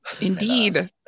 indeed